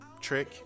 trick